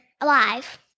alive